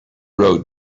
road